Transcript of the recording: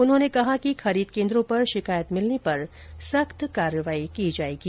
उन्होंने कहा कि खरीद केन्द्रों पर शिकायत मिलने पर सख्त कार्यवाही की जाएगी